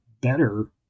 better